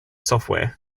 software